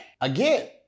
Again